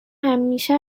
همیشه